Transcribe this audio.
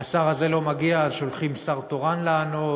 השר הזה לא מגיע אז שולחים שר תורן לענות.